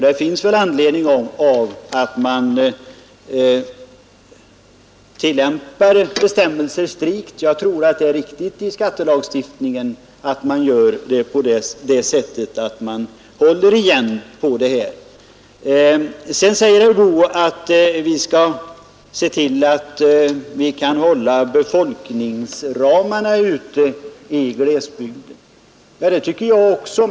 Det är nog anledning att tillämpa dessa bestämmelser strikt, och jag tycker det är riktigt att försöka hålla igen på förmånerna i skattelagstiftningen. Sedan sade herr Boo att vi skall försöka upprätthålla befolkningsramarna i glesbygderna, och det tycker jag också att vi skall göra.